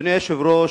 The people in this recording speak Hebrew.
אדוני היושב-ראש,